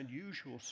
unusual